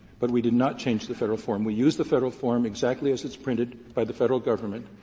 but we did not change the federal form. we used the federal form exactly as it's printed by the federal government.